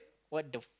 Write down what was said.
what the f~